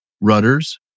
Rudders